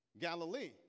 Galilee